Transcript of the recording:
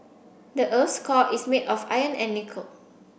the earth's core is made of iron and nickel